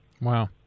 Wow